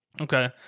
Okay